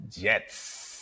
jets